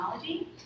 technology